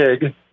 big